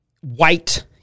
white